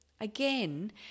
Again